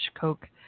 Coke